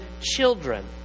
children